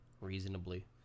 reasonably